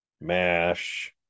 Mash